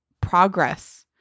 progress